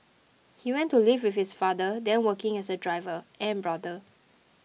he went to live with his father then working as a driver and brother